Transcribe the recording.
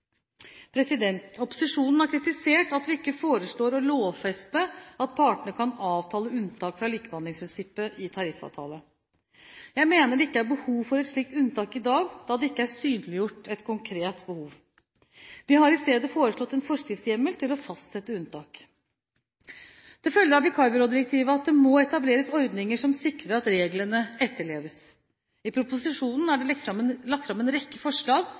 Opposisjonen har kritisert at vi ikke foreslår å lovfeste at partene kan avtale unntak fra likebehandlingsprinsippet i tariffavtale. Jeg mener det ikke er behov for et slikt unntak i dag, da det ikke er synliggjort et konkret behov. Vi har i stedet foreslått en forskriftshjemmel til å fastsette unntak. Det følger av vikarbyrådirektivet at det må etableres ordninger som sikrer at reglene etterleves. I proposisjonen er det lagt fram en rekke forslag